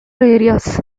areas